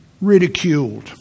ridiculed